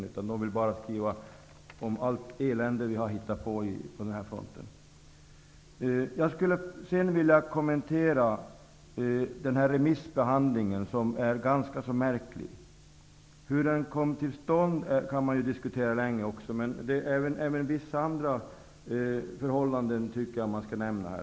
Journalisterna vill bara skriva om allt elände vi har hittat på på den här fronten. Jag skulle också vilja kommentera remissbehandlingen, som är ganska märklig. Hur den kom till stånd kan man också diskutera länge. Men även vissa andra förhållanden tycker jag att man skall nämna.